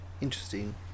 Interesting